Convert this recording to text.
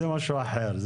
זה משהו אחר.